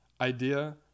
idea